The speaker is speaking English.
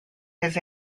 his